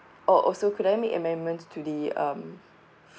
oh also could I make amendments to the um